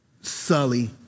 sully